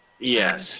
Yes